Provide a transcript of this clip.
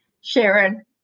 Sharon